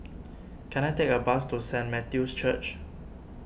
can I take a bus to Saint Matthew's Church